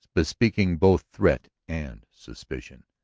bespeaking both threat and suspicion.